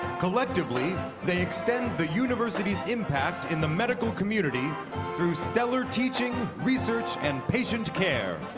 collectively, they extend the university's impact in the medical community through stellar teaching, research and patient care.